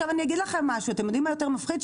אני אגיד לכם משהו, אתם יודעים מה יותר מפחיד?